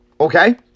Okay